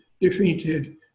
defeated